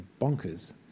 bonkers